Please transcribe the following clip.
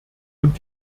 und